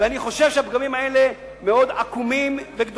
ואני חושב שהפגמים האלה מאוד גדולים ועקומים.